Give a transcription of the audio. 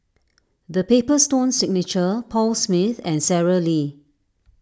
the Paper Stone Signature Paul Smith and Sara Lee